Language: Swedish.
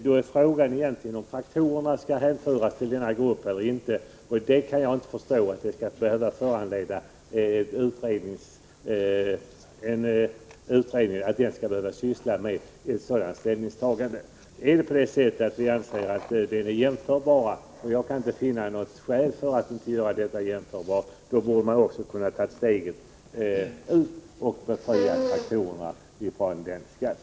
Då är frågan egentligen om traktorerna skall hänföras till denna grupp eller inte, och jag kan inte förstå att en utredning skall behöva syssla med ett sådant ställningstagande. Om vi anser detta jämförbart — och jag kan inte finna något skäl till att det inte skulle vara jämförbart — borde man också kunna ta steget ut och befria traktorerna från denna skatt.